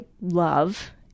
love